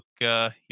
look